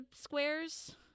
squares